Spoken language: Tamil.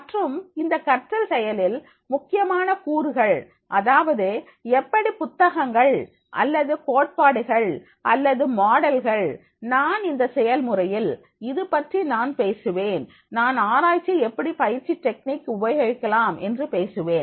மற்றும் இந்த கற்றல் செயலில் முக்கியமான கூறுகள் அதாவது எப்படி புத்தகங்கள் அல்லது கோட்பாடுகள் அல்லது மாடல்கள் நான் இந்த செயல்முறையில் இதுபற்றி நான் பேசுவேன் நான் ஆராய்ச்சி எப்படி பயிற்சி டெக்னிக்உபயோகிக்கலாம் என்றும் பேசுவேன்